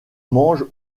mangent